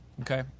Okay